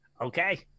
Okay